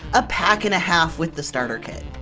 a pack and a half with the starter kit.